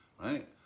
right